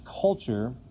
culture